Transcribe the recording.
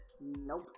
Nope